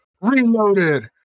Reloaded